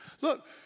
Look